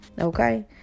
Okay